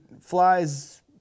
flies